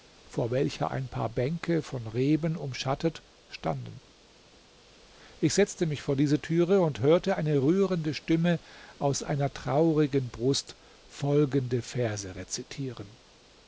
vor welcher ein paar bänke von reben umschattet standen ich setzte mich vor diese tür und hörte eine rührende stimme aus einer traurigen brust folgende verse rezitieren